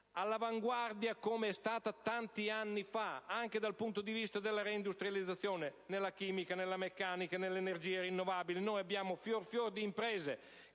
all'avanguardia, come lo è stata tanti anni fa, anche dal punto di vista della reindustrializzazione (nella chimica, nella meccanica, nella energia rinnovabile). Noi abbiamo il fior fiore di imprese